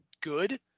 good